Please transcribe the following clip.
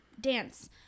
dance